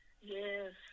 Yes